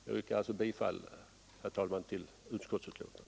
Jag yrkar alltså, herr talman, bifall till utskottets hemställan.